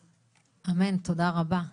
אמן, תודה רבה.